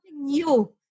new